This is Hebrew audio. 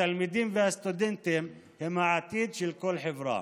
התלמידים והסטודנטים הם העתיד של כל חברה.